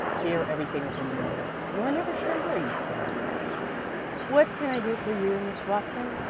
here everything is in the air you are never sure where you stand what can i do for you, miss watson?